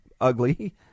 ugly